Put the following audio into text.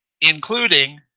including